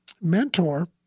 mentor